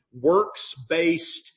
works-based